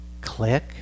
click